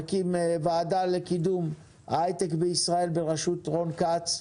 נקים ועדה לקידום ההיי טק בישראל, בראשות רון כץ,